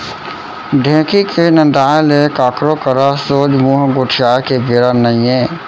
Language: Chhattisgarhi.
ढेंकी के नंदाय ले काकरो करा सोझ मुंह गोठियाय के बेरा नइये